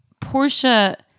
Portia